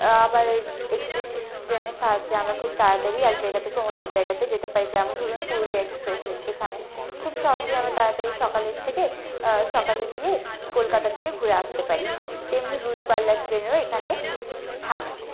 আবার এক্সপ্রেস ট্রেনের সাহায্যে আমরা খুব তাড়াতাড়ি এক জায়গা থেকে অন্য জায়গাতে যেতে পারি যেমন ধরুন পুরুলিয়া এক্সপ্রেসের এখানে খুব সহজেই আমরা তাড়াতাড়ি সকালের থেকে সকালে গিয়ে কলকাতা থেকে ঘুরে আসতে পারি তেমনি দূরপাল্লার ট্রেনেরও এখানে থামে